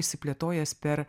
išsiplėtojęs per